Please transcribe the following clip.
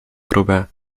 próbę